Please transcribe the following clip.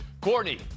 Courtney